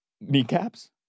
Kneecaps